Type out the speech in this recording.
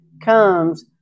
comes